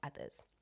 others